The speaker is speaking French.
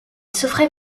souffrait